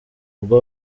ubwo